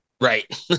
Right